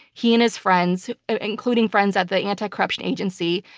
he and his friends including friends at the anti-corruption agency,